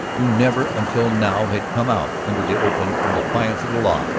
who never until now had come out into the open in defiance of the law,